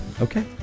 Okay